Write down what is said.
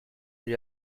lui